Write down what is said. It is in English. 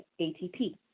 ATP